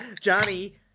Johnny